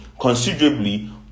considerably